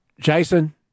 Jason